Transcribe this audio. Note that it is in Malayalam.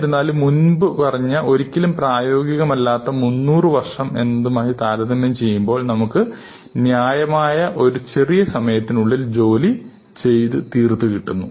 എന്നിരുന്നാലും മുൻപ് പറഞ്ഞ ഒരിക്കലും പ്രായോഗികമല്ലാത്ത 300 വർഷം എന്നതുമായി താരതമ്യം ചെയ്യുമ്പോൾ നമുക്ക് ന്യായമായ ഒരു ചെറിയ സമയത്തിനുള്ളിൽ ജോലി ചെയ്ത് തീർത്തു കിട്ടുന്നു